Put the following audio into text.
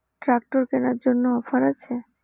Tractor কেনার জন্য offer আছে?